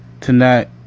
tonight